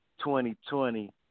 2020